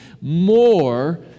more